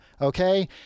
Okay